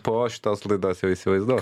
po šitos laidos jau įsivaizduos